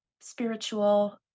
spiritual